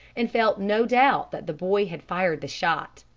and felt no doubt that the boy had fired the shot.